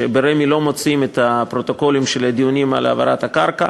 שברמ"י לא מוציאים את הפרוטוקולים של הדיונים על העברת הקרקע.